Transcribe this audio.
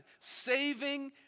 Saving